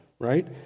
right